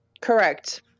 Correct